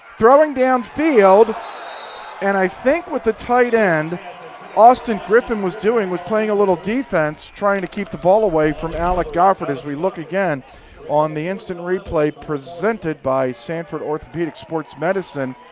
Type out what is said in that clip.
throwing down field and i think with the tight end austin griffin was doing was playing a little defense trying to keep the ball away from alec goffard. as we look again on the instant replay presented by sanford orthopedics and sports medicine.